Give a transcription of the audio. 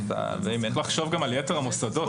צריך לחשוב גם על יתר המוסדות.